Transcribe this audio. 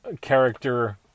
character